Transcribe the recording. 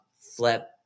flip